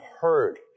heard